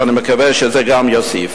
ואני מקווה שזה גם יוסיף.